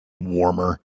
warmer